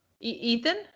Ethan